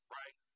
right